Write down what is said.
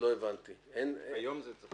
הטיסות צריכות